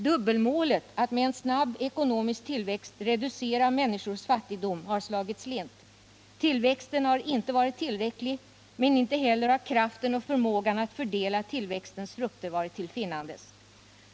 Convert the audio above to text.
Dubbelmålet att med en snabb ekonomisk tillväxt reducera människors fattigdom har slagit slint. Tillväxten har inte varit tillräcklig, men inte heller har kraften och förmågan att fördela tillväxtens frukter varit till finnandes.